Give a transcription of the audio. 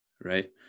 right